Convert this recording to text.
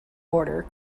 order